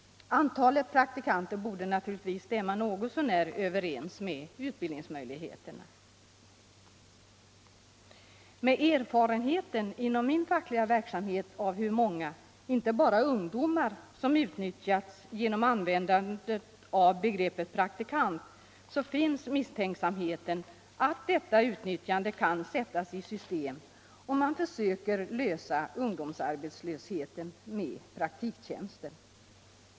Antalet praktikanter borde naturligtvis stämma något så när överens med utbildningsmöjligheterna. Med erfarenheten inom min fackliga verksamhet av hur många, inte bara ungdomar, som utnyttjats genom användandet av begreppet praktikant finns misstanken att detta utnyttjande kan sättas i system, om man försöker komma till rätta med ungdomsarbetslösheten med praktiktjänster.